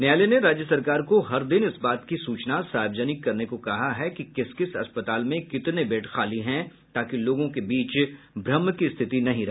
न्यायालय ने राज्य सरकार को हर दिन इस बात की सूचना सार्वजनिक करने को कहा है कि किस किस अस्पताल में कितने बेड खाली हैं ताकि लोगों के बीच भ्रंम की रिथति नहीं रहे